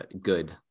good